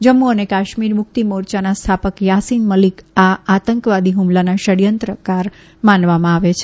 જમ્મુ અને કાશ્મીર મુક્તિ મોરચાના સ્થાપક થાસીન મલિક આ આતંકવાદી ફુમલાના ષડયંત્રકાર માનવામાં આવે છે